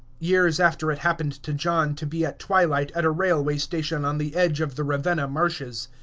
years after it happened to john to be at twilight at a railway station on the edge of the ravenna marshes.